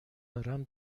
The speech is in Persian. دارم